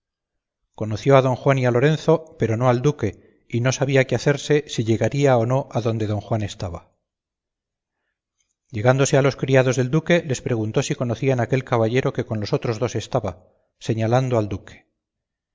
conoció a don juan y a lorenzo pero no al duque y no sabía qué hacerse si llegaría o no adonde don juan estaba llegándose a los criados del duque les preguntó si conocían aquel caballero que con los otros dos estaba señalando al duque